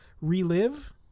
relive